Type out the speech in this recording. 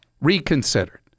reconsidered